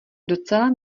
docela